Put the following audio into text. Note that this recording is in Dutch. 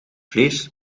vlees